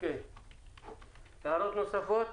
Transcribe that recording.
הערות נוספות?